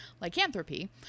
lycanthropy